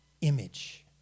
image